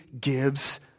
gives